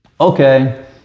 Okay